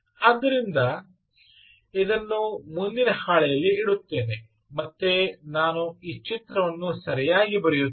ಆದ್ದರಿಂದ ಇದನ್ನು ಮುಂದಿನ ಹಾಳೆಯಲ್ಲಿ ಇಡುತ್ತೇನೆ ಮತ್ತೆ ನಾನು ಈ ಚಿತ್ರವನ್ನು ಸರಿಯಾಗಿ ಬರೆಯುತ್ತೇನೆ